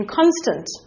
constant